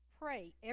pray